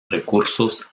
recursos